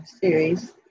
series